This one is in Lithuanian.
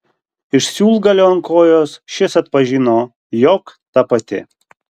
iš siūlgalio ant kojos šis atpažino jog ta pati